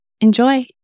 Enjoy